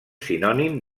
sinònim